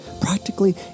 practically